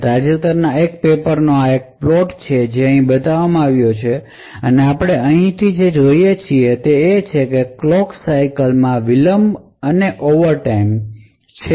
આ તાજેતરના પેપરનો એક પ્લોટ છે જે અહીં બતાવવામાં આવ્યો છે અને આપણે અહીં જે જોઈએ છીએ તે ક્લોક સાઇકલ માં વિલંબ અને ઓવર ટાઇમ છે